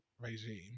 regime